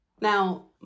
Now